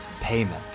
payment